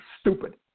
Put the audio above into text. stupid